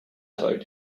vote